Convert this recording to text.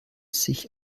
sich